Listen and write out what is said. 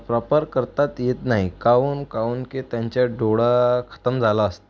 proper करतात येत नाही काउन काउन के त्यांच्या डोळा खतम झाला असते